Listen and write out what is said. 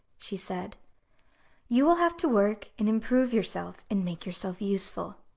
she said you will have to work and improve yourself, and make yourself useful.